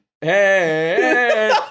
hey